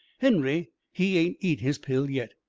henry, he ain't eat his pill yet.